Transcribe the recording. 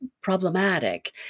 problematic